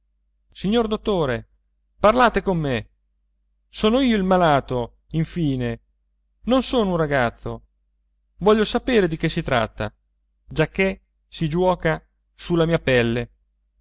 signor dottore parlate con me sono io il malato infine non sono un ragazzo voglio sapere di che si tratta giacché si giuoca sulla mia pelle